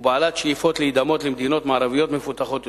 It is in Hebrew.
ובשאיפות להידמות למדינות מערביות מפותחות יותר.